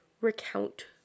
recount